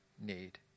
need